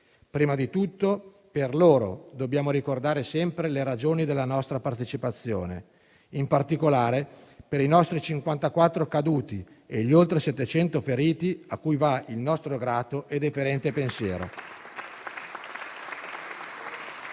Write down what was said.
Prima di tutto per loro dobbiamo ricordare sempre le ragioni della nostra partecipazione, in particolare per i nostri 54 caduti e per gli oltre 700 feriti, cui va il nostro grato e deferente pensiero.